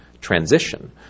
transition